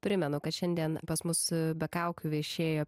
primenu kad šiandien pas mus be kaukių viešėjo